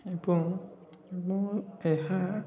ଏବଂ ମୁଁ ଏହା